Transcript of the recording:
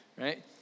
right